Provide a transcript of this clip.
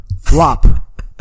Flop